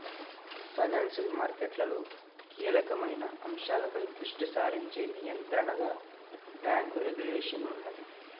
financial మార్కెట్లలో కీలకమైన అంశాలపై దృష్టి సారించే నియంత్రణగా బ్యేంకు రెగ్యులేషన్ ఉన్నది